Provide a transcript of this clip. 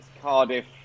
Cardiff